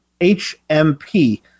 HMP